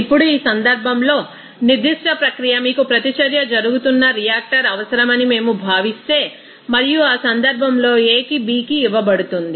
ఇప్పుడు ఈ సందర్భంలో నిర్దిష్ట ప్రక్రియ మీకు ప్రతిచర్య జరుగుతున్న రియాక్టర్ అవసరమని మేము భావిస్తే మరియు ఆ సందర్భంలో A కి B కి ఇవ్వబడుతుంది